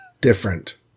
different